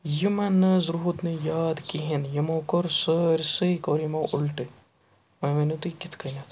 یِمَن نہٕ حظ روٗد نہٕ یاد کِہیٖنۍ یِمو کوٚر سٲرسٕے کوٚر یِمو اُلٹہٕ وۄنۍ ؤنِو تُہۍ کِتھ کٔنٮ۪تھ